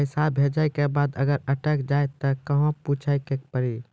पैसा भेजै के बाद अगर अटक जाए ता कहां पूछे के पड़ी?